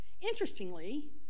Interestingly